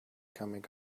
coming